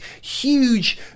huge